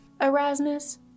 Erasmus